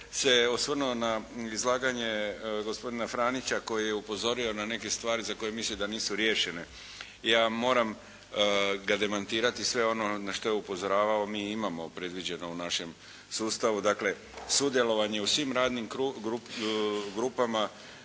se osvrnuo na izlaganje gospodina Franića koji je upozorio na neke stvari za koje misli da nisu riješene. Ja moram ga demantirati sve ono na što je upozoravao, mi imamo predviđeno u našem sustavu. Dakle sudjelovanje u svim radnim grupama,